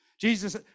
Jesus